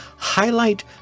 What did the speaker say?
Highlight